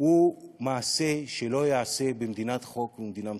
הוא מעשה שלא ייעשה במדינת חוק, במדינה מתוקנת.